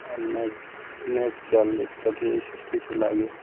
আপনার নেট জাল ইত্যাদি এই সব কিছু লাগে